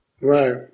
Right